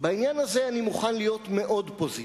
בעניין הזה אני מוכן להיות מאוד פוזיטיבי.